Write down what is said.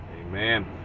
Amen